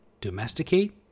domesticate